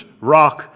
rock